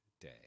day